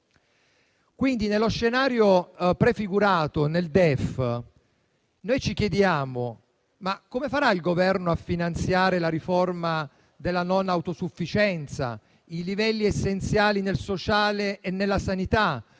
dello scenario prefigurato nel DEF, noi ci chiediamo come farà il Governo a finanziare la riforma della non autosufficienza, i livelli essenziali nel sociale e nella sanità,